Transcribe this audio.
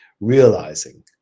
realizing